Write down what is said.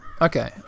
Okay